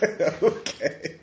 Okay